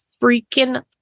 freaking